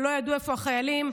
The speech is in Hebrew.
ולא ידעו איפה החיילים.